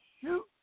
shoot